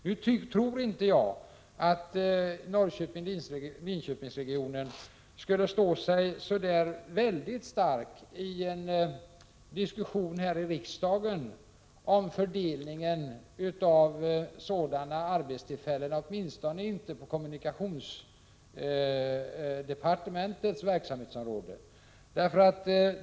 Nu tror emellertid inte jag att Norrköping-Linköping-regionen skulle stå sig så förfärligt stark i en diskussion här i riksdagen om fördelningen av sådana arbetstillfällen, åtminstone inte på kommunikationsdepartementets verksamhetsområde.